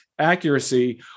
accuracy